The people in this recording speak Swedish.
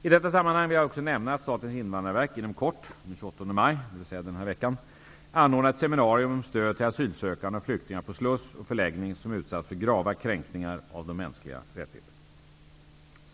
I detta sammanhang vill jag också nämna att Statens invandrarverk inom kort, den 28 maj, anordnar ett seminarium om stöd till asylsökande och flyktingar på sluss och förläggning som utsatts för grava kränkningar av de mänskliga rättigheterna.